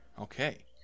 Okay